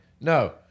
No